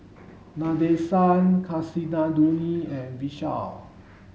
Nadesan Kasinadhuni and Vishal